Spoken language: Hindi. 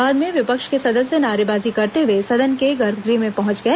बाद में विपक्ष के सदस्य नारेबाजी करते हए सदन के गर्भगृह में पहुंच गए